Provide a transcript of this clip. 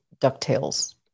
DuckTales